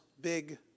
big